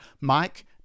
Mike